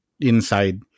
inside